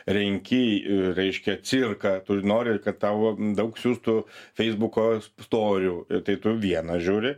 renki reiškia cirką tu nori kad tau daug siųstų feisbuko storių tai tu vieną žiūri